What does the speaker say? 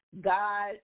God